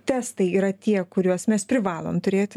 testai yra tie kuriuos mes privalom turėti